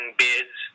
bids